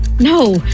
No